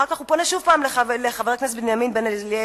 אחר כך הוא פונה שוב פעם לחבר הכנסת בנימין בן-אליעזר,